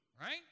Right